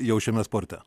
jau šiame sporte